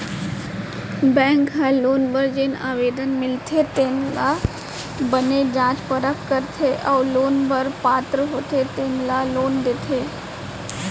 bank ह loan बर जेन आवेदन मिलथे तेन ल बने जाँच परख करथे अउ लोन बर पात्र होथे तेन ल लोन देथे